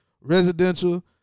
residential